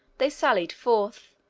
they sallied forth,